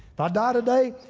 but die today,